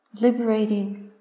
liberating